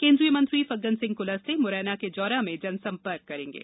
केंद्रीय मंत्री फग्गनसिंह क्लस्ते मुरैना के जौरा में जनसंपर्क करेंगें